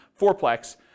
fourplex